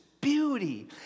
beauty